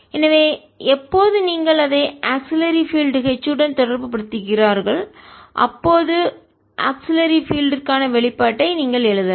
எனவே எப்போது நீங்கள் அதை ஆக்ஸிலரி பீல்டு துணை புலம் H டன் தொடர்புபடுத்துகிறீர்கள் அப்போது ஆக்ஸிலரி பீல்டு துணை புலம் ற்கான வெளிப்பாட்டை நீங்கள் எழுதலாம்